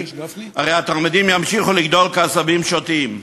התלמידים ימשיכו לגדול כעשבים שוטים.